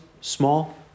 small